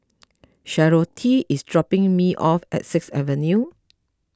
Charlottie is dropping me off at Sixth Avenue